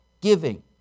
giving